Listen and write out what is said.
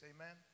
Amen